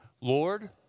Lord